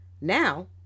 now